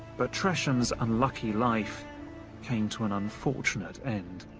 but tresham's unlucky life came to an unfortunate end.